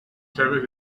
chávez